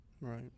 Right